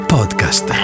Podcast